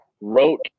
wrote